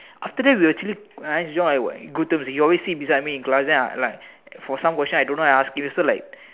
after that we were actually nice joy way good terms he always sit next to me in class then I like like for some question I don't know I ask him so like